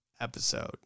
episode